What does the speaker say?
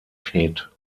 hit